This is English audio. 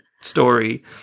story